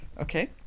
okay